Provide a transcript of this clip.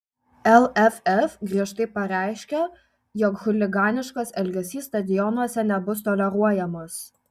lff griežtai pareiškia jog chuliganiškas elgesys stadionuose nebus toleruojamas